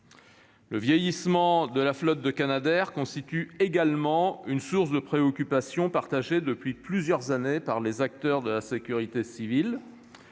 Le vieillissement de la flotte de canadairs constitue également une source de préoccupation partagée depuis plusieurs années par l'ensemble des acteurs de la sécurité civile.